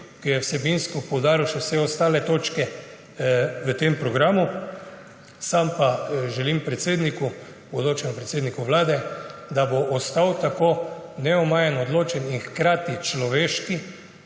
ki je vsebinsko poudaril še vse ostale točke v tem programu. Sam pa želim predsedniku, bodočemu predsedniku Vlade, bo ostal tako neomajen, odločen in hkrati človeški.